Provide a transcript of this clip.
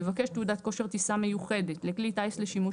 המבקש תעודת כושר טיסה מיוחדת לכלי טיס לשימוש